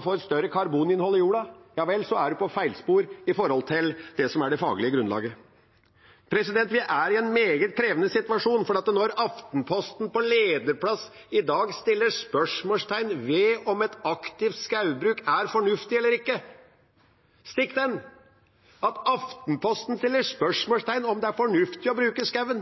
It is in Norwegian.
få et større karboninnhold i jorda hvis skogen bare står og står, er en på feilspor sett i forhold til det faglige grunnlaget. Vi er i en meget krevende situasjon. Aftenposten setter på lederplass i dag spørsmålstegn ved om et aktivt skogbruk er fornuftig eller ikke. Stikk den! Aftenposten setter spørsmålstegn ved om det er fornuftig å bruke